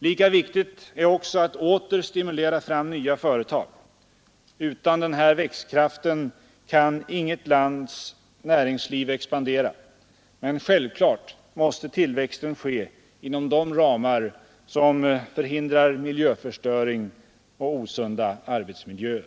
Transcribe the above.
Lika viktigt är också att åter stimulera fram nya företag. Utan den här växtkraften kan inget lands näringsliv expandera. Men självfallet måste tillväxten ske inom de ramar som förhindrar miljöförstöring och osunda arbetsmiljöer.